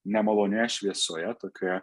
nemalonioje šviesoje tokioje